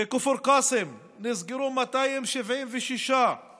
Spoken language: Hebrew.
בכפר קאסם נסגרו 76 עסקים,